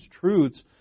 truths